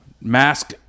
mask